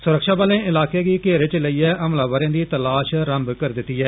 सुरक्षा बलें इलाके गी घेरे च लेइयै हमलावरें दी तलााश रम्म करी दित्ती ऐ